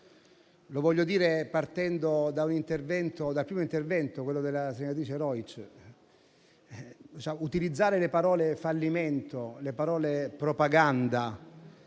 Lo voglio dire partendo dal primo intervento, quello della senatrice Rojc: utilizzare le parole "fallimento" e "propaganda"